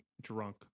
drunk